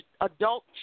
adult